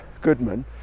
Goodman